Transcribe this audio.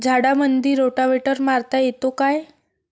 झाडामंदी रोटावेटर मारता येतो काय?